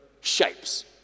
shapes